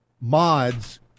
mods